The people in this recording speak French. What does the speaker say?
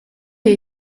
est